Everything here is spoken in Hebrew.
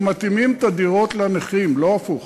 אנחנו מתאימים את הדירות לנכים, לא הפוך.